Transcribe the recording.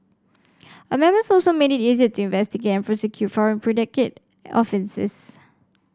amendments also made it easier to investigate and prosecute foreign predicate offences